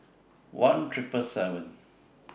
one Triple seven